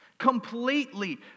completely